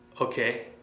okay